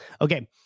Okay